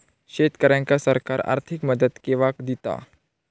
शेतकऱ्यांका सरकार आर्थिक मदत केवा दिता?